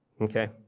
okay